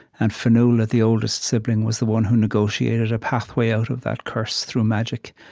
and fionnuala, the oldest sibling, was the one who negotiated a pathway out of that curse, through magic.